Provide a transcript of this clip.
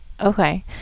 okay